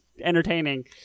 Entertaining